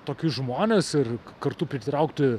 tokius žmones ir kartu pritraukti